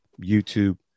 YouTube